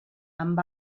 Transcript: amb